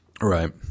Right